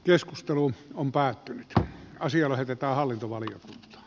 keskustelu on päättynyt ja asia lähetetään hallintovaliot